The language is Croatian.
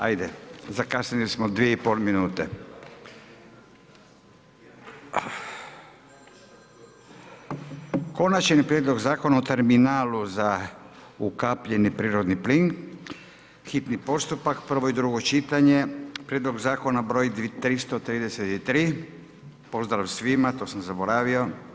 Ajde, zakasnili smo dvije i pol minute. - Konačni prijedlog Zakona o terminalu za ukapljeni prirodni plin, hitni postupak, prvo i drugo čitanje, prijedlog zakona broj 333 Pozdrav svima, to sam zaboravio.